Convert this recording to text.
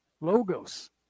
Logos